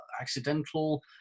accidental